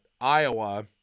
Iowa